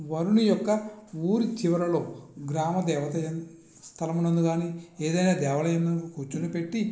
వరుని యొక్క ఊరి చివరలో గ్రామ దేవత స్థలమునందున కాని ఏదైనా దేవాలయంలో కూర్చోపెట్టి